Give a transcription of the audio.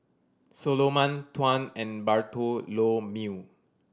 Soloman Tuan and Bartholomew